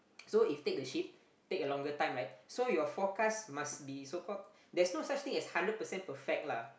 so if take the ship take a longer time right so your forecast must be so called there's no such thing as hundred percent perfect lah